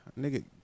Nigga